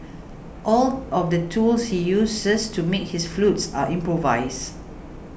all of the tools he uses to make his flutes are improvised